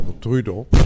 Trudeau